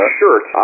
shirt